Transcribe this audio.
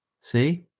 See